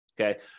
okay